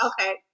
Okay